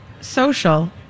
Social